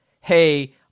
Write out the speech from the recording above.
Hey